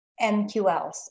MQLs